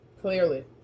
Clearly